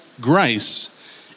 grace